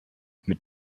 mit